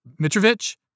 Mitrovic